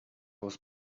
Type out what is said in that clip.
was